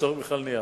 ולחסוך בכלל נייר.